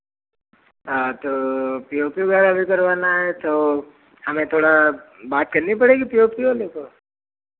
हाँ तो P O P वगैरह भी करवाना है तो हमें थोड़ा बात करनी पड़ेगी पी ओ पी वाले को